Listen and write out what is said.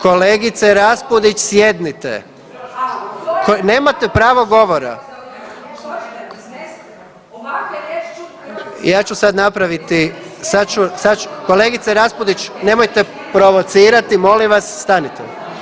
Kolegice Raspudić, sjednite. … [[Govornik nije uključen.]] Nemate pravo govora. … [[Govornik nije uključen.]] Ja ću sad napraviti, sad ću …… [[Govornik nije uključen.]] Kolegice Raspudić, nemojte provocirati, molim vas, stanite.